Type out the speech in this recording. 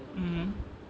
mmhmm